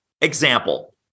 example